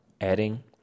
adding